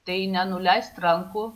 tai nenuleist rankų